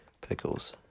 pickles